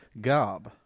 Gob